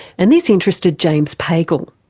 and this interested james pagel.